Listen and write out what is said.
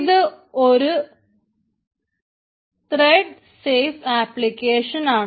ഇത് ഒരു thread safe ആപ്ലിക്കേഷനാണ്